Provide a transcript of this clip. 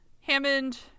Hammond